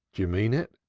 do you mean it?